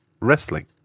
wrestling